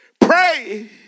Pray